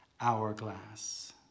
hourglass